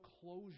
closure